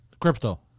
Crypto